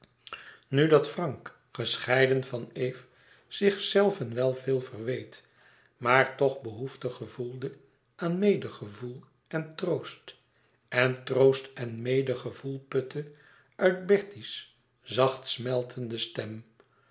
nu dat frank gescheiden van eve zichzelven wel veel verweet maar toch behoefte gevoelde aan medegevoel en troost en troost en medegevoel putte uit bertie's zacht smeltende stem